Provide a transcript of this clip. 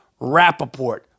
Rappaport